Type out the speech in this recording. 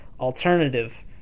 alternative